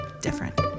different